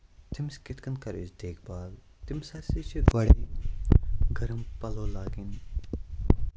تٔمِس کِتھ کَنۍ کرو أسۍ دیکھ بال تٔمِس ہسا چھِ واریاہ گَرٕم پَلو لاگٕنۍ